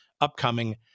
upcoming